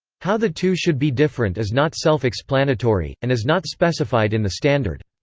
how the two should be different is not self-explanatory, and is not specified in the standard.